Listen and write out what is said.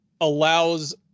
allows